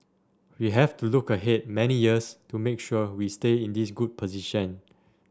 we have to look ahead many years to make sure we stay in this good position